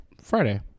Friday